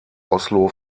oslo